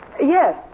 Yes